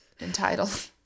entitled